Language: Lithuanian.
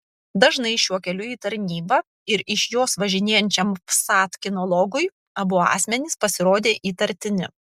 dažnai šiuo keliu į tarnybą ir iš jos važinėjančiam vsat kinologui abu asmenys pasirodė įtartini